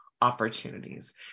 opportunities